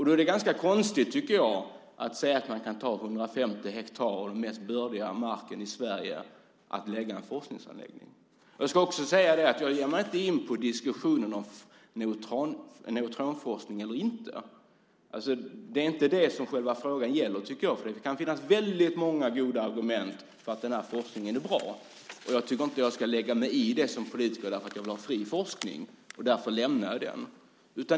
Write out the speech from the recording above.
Då är det ganska konstigt, tycker jag, att säga att man kan ta 150 hektar av den mest bördiga marken i Sverige för att där lägga en forskningsanläggning. Jag ska också säga att jag inte ger mig in på diskussionen om neutronforskning eller inte. Det är inte det som själva frågan gäller, tycker jag. Det kan finnas väldigt många goda argument för att den här forskningen är bra, och jag tycker inte att jag ska lägga mig i det som politiker. Jag vill ha fri forskning, och därför lämnar jag den diskussionen.